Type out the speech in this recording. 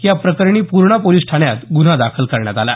या प्रकरणी पूर्णा पोलिस ठाण्यात गुन्हा दाखल करण्यात आला